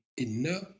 Enough